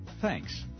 Thanks